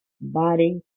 body